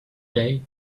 day